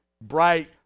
bright